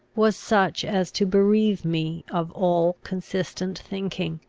was such as to bereave me of all consistent thinking,